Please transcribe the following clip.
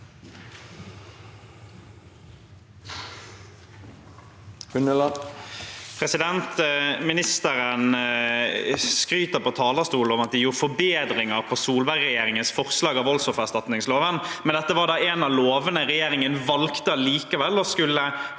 nisteren skryter på talerstolen av at de gjorde forbedringer i Solberg-regjeringens forslag til voldsoffererstatningsloven, men dette var en av lovene regjeringen likevel valgte